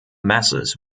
masses